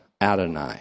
Adonai